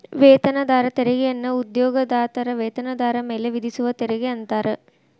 ವೇತನದಾರ ತೆರಿಗೆಯನ್ನ ಉದ್ಯೋಗದಾತರ ವೇತನದಾರ ಮೇಲೆ ವಿಧಿಸುವ ತೆರಿಗೆ ಅಂತಾರ